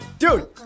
Dude